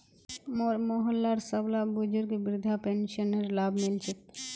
मोर मोहल्लार सबला बुजुर्गक वृद्धा पेंशनेर लाभ मि ल छेक